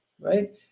right